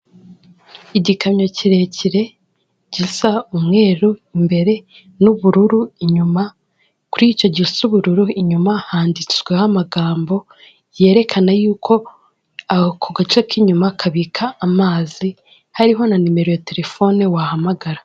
Igikamyo kirekire gisa umweru imbere n'ubururu inyuma kuri icyo gisa ubururu inyuma, kuricyo gisa ubururu handitsweho amagambo yerekana yuko ako gace k'inyuma kabika amazi hariho na numero ya telefone wahamagara.